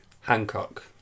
Hancock